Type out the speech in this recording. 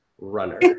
runner